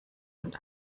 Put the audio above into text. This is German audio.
und